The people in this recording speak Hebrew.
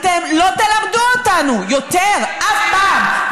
אתם לא תלמדו אותנו יותר אף פעם,